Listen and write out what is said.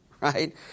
right